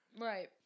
Right